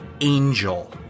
angel